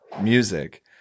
music